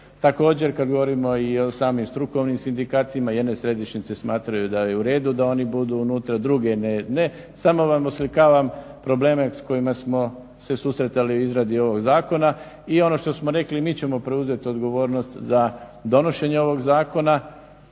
Također kada govorimo i o samim strukovnim sindikatima jedne središnjice smatraju da je uredu da oni budu unutra, drugi ne. Samo vam oslikavam probleme s kojima smo se susretali u izradi ovog zakona. I ono što smo rekli mi ćemo preuzeti odgovornost za donošenje ovog zakona